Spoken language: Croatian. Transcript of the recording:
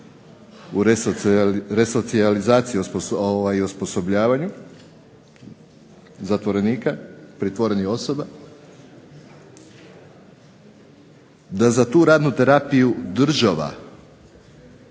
u resocijalizaciji i osposobljavanju zatvorenika, pritvorenih osoba, da za tu radnu terapiju država